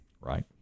Right